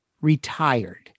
retired